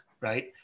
right